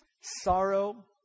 Sorrow